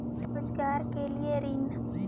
रोजगार के लिए ऋण?